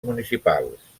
municipals